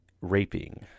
raping